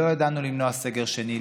לא ידענו למנוע סגר שני,